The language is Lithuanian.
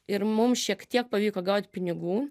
ir mums šiek tiek pavyko gaut pinigų